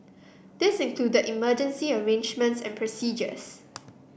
this included emergency arrangements and procedures